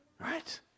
right